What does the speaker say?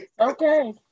Okay